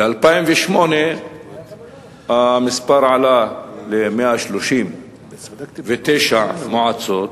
ב-2008 המספר עלה ל-139 מועצות.